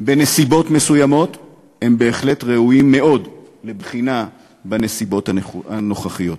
בנסיבות מסוימות הם בהחלט ראויים מאוד לבחינה בנסיבות הנוכחיות.